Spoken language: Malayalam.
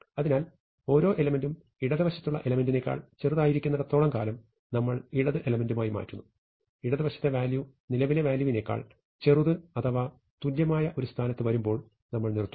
അതിനാൽ ഓരോ എലെമെന്റും ഇടതുവശത്തുള്ള എലെമെന്റിനേക്കാൾ ചെറുതായിരിക്കുന്നിടത്തോളം കാലം നമ്മൾ ഇടത് എലെമെന്റുമായി മാറ്റുന്നു ഇടതുവശത്തെ വാല്യൂ നിലവിലെ വാല്യൂവിനേക്കാൾ ചെറുത് അഥവാ തുല്യമായ ഒരു സ്ഥാനത്ത് വരുമ്പോൾ നമ്മൾ നിർത്തുന്നു